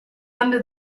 under